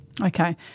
Okay